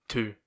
Two